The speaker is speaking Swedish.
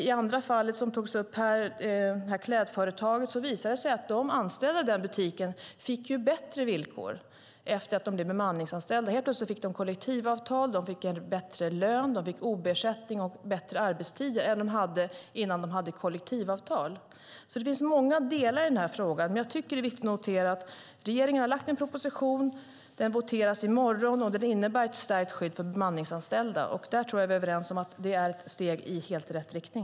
I fallet med klädföretaget fick de butiksanställda bättre villkor efter att de blivit bemanningsanställda. De fick kollektivavtal och bättre lön, ob-ersättning och bättre arbetstider än de hade tidigare. Det finns många delar i denna fråga. Det är dock viktigt att notera att regeringen har lagt fram en proposition som ska voteras i morgon och som innebär ett stärkt skydd för bemanningsanställda. Jag tror att vi är överens om att det är ett steg i helt rätt riktning.